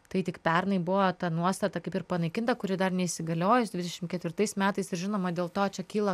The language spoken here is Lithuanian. tai tik pernai buvo ta nuostata kaip ir panaikinta kuri dar neįsigaliojus dvidešim ketvirtais metais ir žinoma dėl to čia kyla